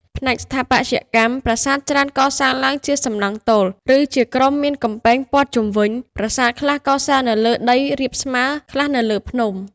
ផ្នែកស្ថាបត្យកម្ម ប្រាសាទច្រើនកសាងឡើងជាសំណង់ទោល ឬជាក្រុមមានកំពែងព័ទ្ធជុំវិញ ប្រាសាទខ្លះកសាងនៅលើដីរាបស្មើ ខ្លះនៅលើភ្នំ។